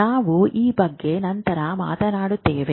ನಾವು ಈ ಬಗ್ಗೆ ನಂತರ ಮಾತನಾಡುತ್ತೇವೆ